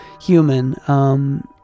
human